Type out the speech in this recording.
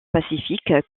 pacifique